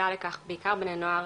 בעיקר בני נוער.